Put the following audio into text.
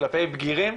כלפי בגירים,